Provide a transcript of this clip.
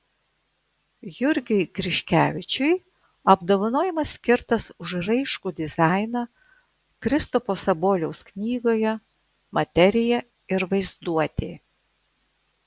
jurgiui griškevičiui apdovanojimas skirtas už raiškų dizainą kristupo saboliaus knygoje materija ir vaizduotė